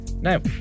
Now